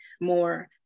more